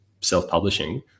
self-publishing